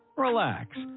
Relax